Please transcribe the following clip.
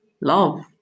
love